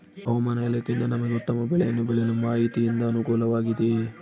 ಹವಮಾನ ಇಲಾಖೆಯಿಂದ ನಮಗೆ ಉತ್ತಮ ಬೆಳೆಯನ್ನು ಬೆಳೆಯಲು ಮಾಹಿತಿಯಿಂದ ಅನುಕೂಲವಾಗಿದೆಯೆ?